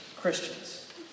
Christians